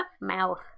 mouth